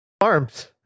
Arms